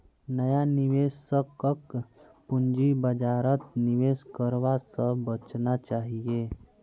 नया निवेशकक पूंजी बाजारत निवेश करवा स बचना चाहिए